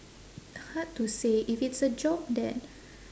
hard to say if it's a job that